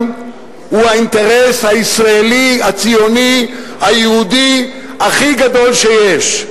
הוא האינטרס הישראלי הציוני היהודי הכי גדול שיש.